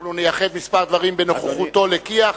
אנחנו נייחד כמה דברים בנוכחותו לכי"ח.